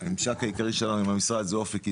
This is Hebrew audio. הממשק העיקרי שלנו עם המשרד זה אופק ישראלי,